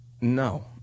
No